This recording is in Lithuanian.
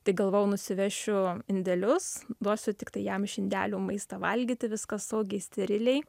tai galvojau nusivešiu indelius duosiu tiktai jam iš indelių maistą valgyti viskas saugiai steriliai